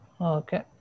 Okay